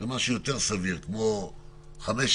במפה